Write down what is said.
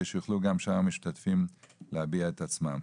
שיוכלו גם שאר המשתתפים להביע את עצמם.